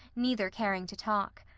neither caring to talk.